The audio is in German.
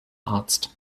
arzt